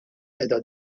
qiegħda